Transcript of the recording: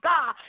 God